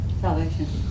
Salvation